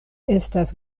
estas